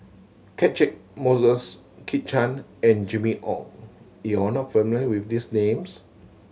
Catchick Moses Kit Chan and Jimmy Ong you are not familiar with these names